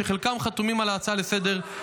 שחלקם חתומים על ההצעה לסדר-היום,